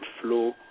flow